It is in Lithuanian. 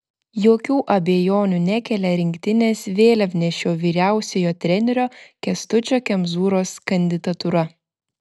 jokių abejonių nekelia rinktinės vėliavnešio vyriausiojo trenerio kęstučio kemzūros kandidatūra